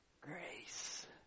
grace